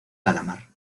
calamar